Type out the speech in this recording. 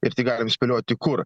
ir tik galim spėlioti kur